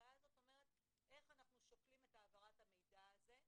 שההנחיה הזו אומרת איך אנחנו שוקלים את העברת המידע הזה,